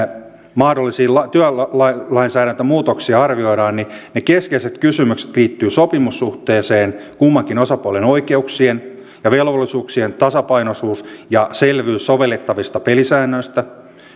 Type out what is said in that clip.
mahdollisia työlainsäädäntömuutoksia arvioidaan ne keskeiset kysymykset liittyvät sopimussuhteeseen kummankin osapuolen oikeuksien ja velvollisuuksien tasapainoisuuteen ja selvyyteen sovellettavista pelisäännöistä